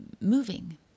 moving